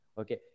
okay